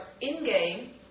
in-game